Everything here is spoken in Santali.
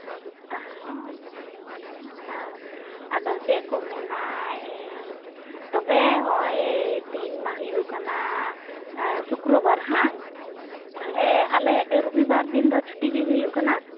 ᱦᱮᱸ ᱚᱻ ᱟᱫᱚ ᱪᱮᱫ ᱠᱚ ᱢᱮᱱᱟ ᱛᱚᱵᱮ ᱦᱚᱸᱜᱼᱚᱭ ᱛᱤᱦᱤᱧ ᱢᱟ ᱦᱩᱭᱩᱜ ᱠᱟᱱᱟ ᱥᱩᱠᱨᱚ ᱵᱟᱨ ᱦᱮᱸᱼᱵᱟᱝᱼ ᱛᱟᱦᱚᱞᱮ ᱟᱞᱮ ᱨᱚᱵᱤ ᱵᱟᱨ ᱫᱤᱱ ᱫᱚ ᱪᱷᱩᱴᱤ ᱜᱮ ᱦᱩᱭᱩᱜ ᱠᱟᱱᱟ